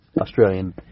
Australian